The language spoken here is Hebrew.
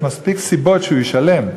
יש מספיק סיבות שהוא ישלם.